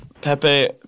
Pepe